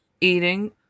eating